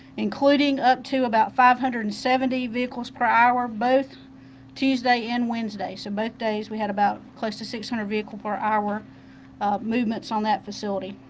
including up to about five hundred and seventy vehicles per hour both tuesday and wednesday. so both days we had about close to six hundred vehicles per our movements on the vicinity.